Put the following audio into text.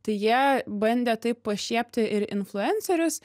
tai jie bandė taip pašiepti ir influencerius